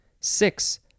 Six